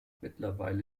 mittlerweile